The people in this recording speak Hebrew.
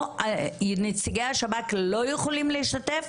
10:15 שנציגי השב"כ לא יכולים להשתתף,